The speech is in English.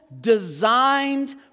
designed